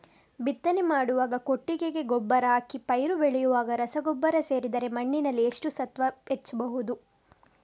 ಬಿತ್ತನೆ ಮಾಡುವಾಗ ಕೊಟ್ಟಿಗೆ ಗೊಬ್ಬರ ಹಾಕಿ ಪೈರು ಬೆಳೆಯುವಾಗ ರಸಗೊಬ್ಬರ ಸೇರಿಸಿದರೆ ಮಣ್ಣಿನಲ್ಲಿ ಎಷ್ಟು ಸತ್ವ ಹೆಚ್ಚಬಹುದು?